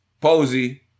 Posey